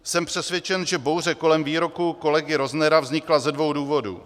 Jsem přesvědčen, že bouře kolem výroku kolegy Roznera vznikla ze dvou důvodů.